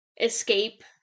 escape